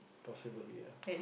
possibly ah